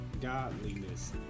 godliness